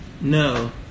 no